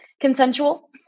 consensual